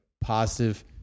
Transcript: positive